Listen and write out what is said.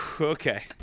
Okay